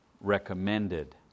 recommended